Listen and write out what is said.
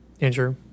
Andrew